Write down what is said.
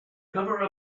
cover